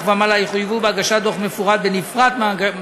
ומעלה יחויבו בהגשת דוח מפורט בנפרד